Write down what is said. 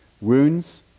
Wounds